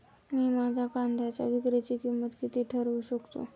मी माझ्या कांद्यांच्या विक्रीची किंमत किती ठरवू शकतो?